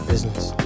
Business